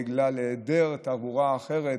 בגלל היעדר תעבורה אחרת,